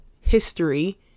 history